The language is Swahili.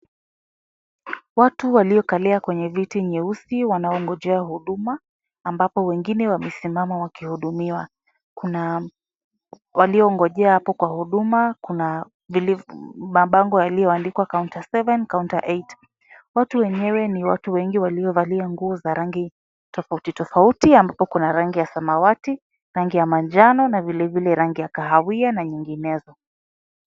Watu waliokalia kwenye viti nyeusi wanaongojea huduma ambapo wengine wamesimama wakihudumiwa. Kuna waliongojea hapo kwa huduma, kuna mabango yaliyoandikwa Counter 7, Counter 8 . Watu wenyewe ni watu wengi waliovalia nguo za rangi tofauti tofauti ambapo kuna rangi ya samawati, rangi ya manjano na vilevile rangi ya kahawia na nyinginezo.